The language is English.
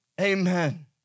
Amen